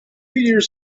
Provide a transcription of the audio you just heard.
years